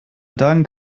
dank